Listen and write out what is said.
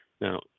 now